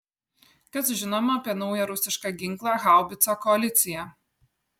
kas žinoma apie naują rusišką ginklą haubicą koalicija